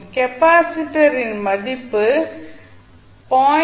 கெப்பாசிட்டரின் மதிப்பு 0